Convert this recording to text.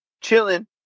chilling